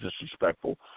disrespectful